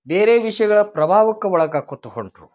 ಬೇರೆ ವಿಷಯಗಳ ಪ್ರಭಾವಕ್ಕೆ ಒಳಗಾಕೊತ ಹೊಂಟರು